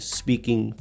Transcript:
speaking